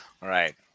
right